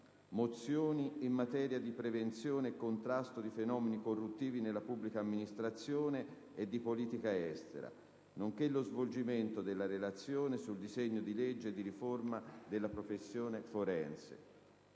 mozioni in materia di prevenzione e contrasto di fenomeni corruttivi nella pubblica amministrazione e di politica estera, nonché lo svolgimento della relazione sul disegno di legge di riforma della professione forense.